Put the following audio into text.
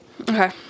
okay